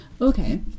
Okay